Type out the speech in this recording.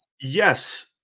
yes